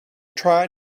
try